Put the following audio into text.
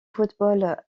football